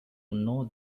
know